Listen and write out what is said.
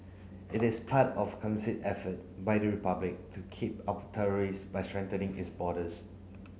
it is part of effort by the Republic to keep out terrorists by strengthening its borders